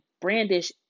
brandish